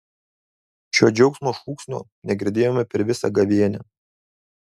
šio džiaugsmo šūksnio negirdėjome per visą gavėnią